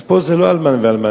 אז פה זה לא אלמן ואלמנה,